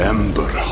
Ember